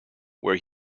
where